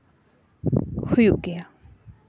ᱦᱩᱭᱩᱜ ᱜᱮᱭᱟ